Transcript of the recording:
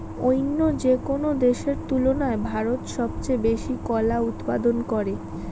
অইন্য যেকোনো দেশের তুলনায় ভারত সবচেয়ে বেশি কলা উৎপাদন করে